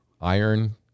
iron